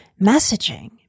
messaging